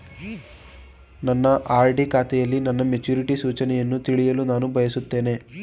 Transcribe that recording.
ನನ್ನ ಆರ್.ಡಿ ಖಾತೆಯಲ್ಲಿ ನನ್ನ ಮೆಚುರಿಟಿ ಸೂಚನೆಯನ್ನು ತಿಳಿಯಲು ನಾನು ಬಯಸುತ್ತೇನೆ